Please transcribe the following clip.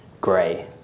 grey